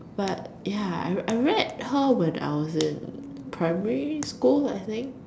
but ya I I read her when I was in primary school I think